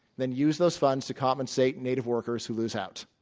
then use those funds to compensate native workers who lose out.